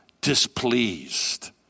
displeased